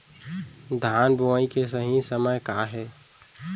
धान बोआई के सही समय का हे?